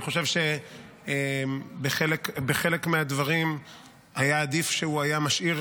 אני חושב שבחלק מהדברים היה עדיף שהוא היה משאיר